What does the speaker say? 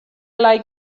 like